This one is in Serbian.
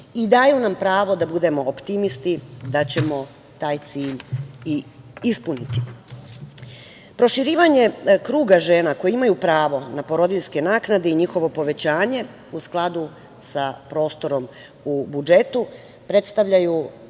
i daju nam pravo da budemo optimisti da ćemo taj cilj i ispuniti. Proširivanje kruga žena koje imaju pravo na porodiljske naknade i njihovo povećanje, u skladu sa prostorom u budžetu, predstavljaju